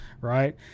right